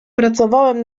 pracowałem